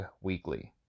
weekly